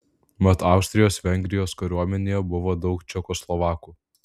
mat austrijos vengrijos kariuomenėje buvo daug čekoslovakų